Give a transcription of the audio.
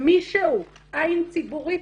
שמישהו, עין ציבורית,